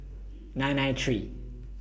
nine nine three